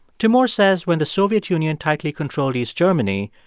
timur says when the soviet union tightly controlled east germany,